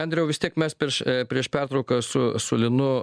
andriau vis tiek mes prieš prieš pertrauką su su linu